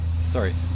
sorry